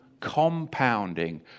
compounding